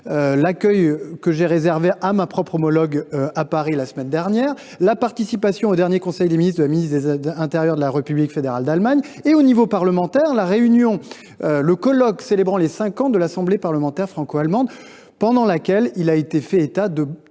l’accueil que j’ai réservé à ma propre homologue à Paris, la semaine dernière, la participation à notre dernier conseil des ministres de la ministre de l’intérieur de la République fédérale d’Allemagne, ou bien encore, au niveau parlementaire, le colloque célébrant les cinq ans de l’Assemblée parlementaire franco allemande pendant lequel il a été fait état de